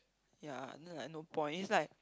ya then like no point is like